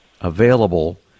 available